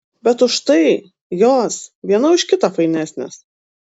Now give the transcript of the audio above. bet už tai jos viena už kitą fainesnės